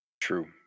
true